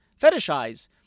fetishize